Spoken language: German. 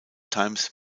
times